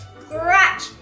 scratch